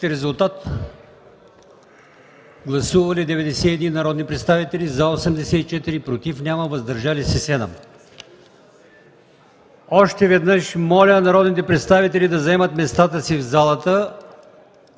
Гласували 91 народни представители: за 84, против няма, въздържали се 7. Още веднъж моля народните представители да заемат местата си в залата,